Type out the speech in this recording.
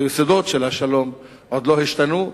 היסודות של השלום עוד לא השתנו,